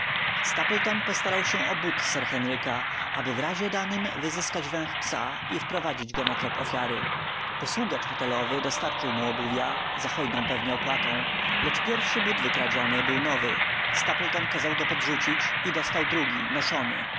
stapleton postarał się o but sir henryka aby w razie danym wyzyskać węch psa i wprowadzić go na trop ofiary posługacz hotelowy dostarczył mu obuwia za hojną pewnie opłatą lecz pierwszy but wykradziony był nowy stapleton kazał go podrzucić i dostał drugi noszony